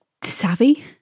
savvy